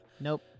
Nope